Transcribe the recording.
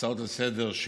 ההצעות לסדר-היום,